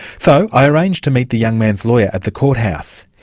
so, i arranged to meet the young man's lawyer at the courthouse.